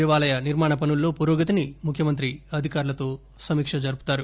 దేవాలయ నిర్మాణ పనుల్లో పురోగతిని ముఖ్యమంత్రి అధికారులతో సమీక్షిస్తారు